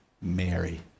Mary